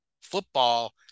football